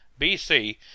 bc